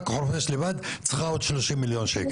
רק חורפיש לבד צריכה עוד 30 מיליון שקל.